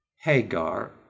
Hagar